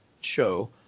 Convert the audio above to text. show